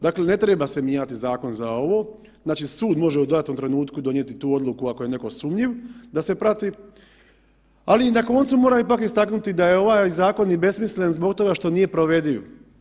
Dakle, ne treba se mijenjati zakon za ovo, znači sud može u datom trenutku donijeti tu odluku ako je netko sumnjiv, da se prati, ali na koncu moram ipak istaknuti da je ovaj zakon i besmislen zbog toga što nije provediv.